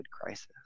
crisis